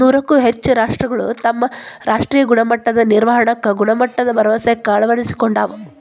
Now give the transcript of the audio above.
ನೂರಕ್ಕೂ ಹೆಚ್ಚ ರಾಷ್ಟ್ರಗಳು ತಮ್ಮ ರಾಷ್ಟ್ರೇಯ ಗುಣಮಟ್ಟದ ನಿರ್ವಹಣಾಕ್ಕ ಗುಣಮಟ್ಟದ ಭರವಸೆಕ್ಕ ಅಳವಡಿಸಿಕೊಂಡಾವ